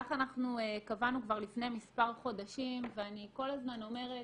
כך אנחנו קבענו כבר לפני מספר חודשים ואני כל הזמן אומרת,